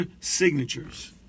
signatures